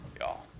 y'all